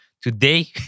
Today